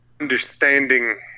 Understanding